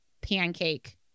pancake